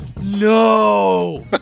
No